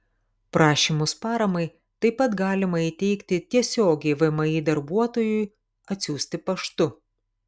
prašymus paramai taip pat galima įteikti tiesiogiai vmi darbuotojui atsiųsti paštu